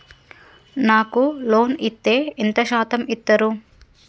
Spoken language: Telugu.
నాకు లోన్ ఇత్తే ఎంత శాతం ఇత్తరు?